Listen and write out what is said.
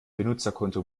benutzerkonto